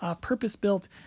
purpose-built